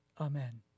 Amen